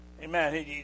Amen